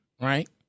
right